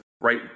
right